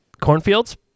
cornfields